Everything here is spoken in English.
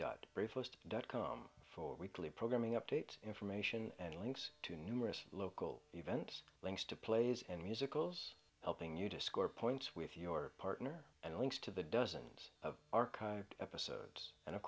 briefest dot com for weekly programming updates information and links to numerous local events links to plays and musicals helping you to score points with your partner and links to the dozens of archived episodes and of